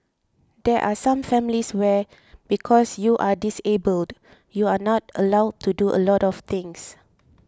there are some families where because you are disabled you are not allowed to do a lot of things